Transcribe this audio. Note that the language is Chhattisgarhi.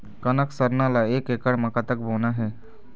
कनक सरना ला एक एकड़ म कतक बोना हे?